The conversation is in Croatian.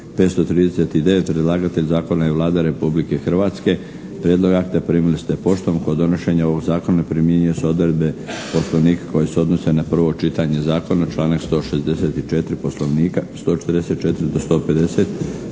539. Predlagatelj zakona je Vlada Republike Hrvatske. Prijedlog akta primili ste poštom. Kod donošenja ovog zakona primjenjuju se odredbe Poslovnika koje se odnose na prvo čitanje zakona, članak 164. Poslovnika, 144. do 150.